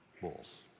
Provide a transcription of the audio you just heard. bulls